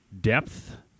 depth